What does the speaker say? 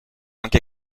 anche